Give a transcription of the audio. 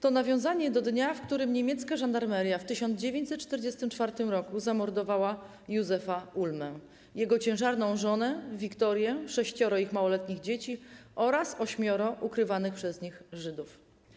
To nawiązanie do dnia, w którym niemiecka żandarmeria w 1944 r. zamordowała Józefa Ulmę, jego ciężarną żonę Wiktorię, sześcioro ich małoletnich dzieci oraz ośmioro ukrywanych przez nich Żydów.